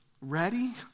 ready